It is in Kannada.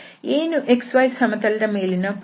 ಏನು xy ಸಮತಲದ ಮೇಲಿನ ಪ್ರೊಜೆಕ್ಷನ್